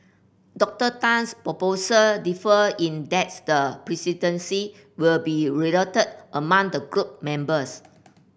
Doctor Tan's proposal differed in that's the presidency will be rotated among the group members